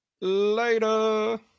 Later